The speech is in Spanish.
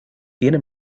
tiene